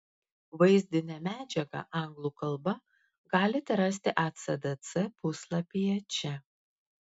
vaizdinę medžiagą anglų kalba galite rasti ecdc puslapyje čia